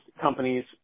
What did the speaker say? companies